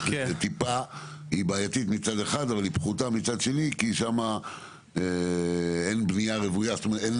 כי אין שם בנייה רוויה ואין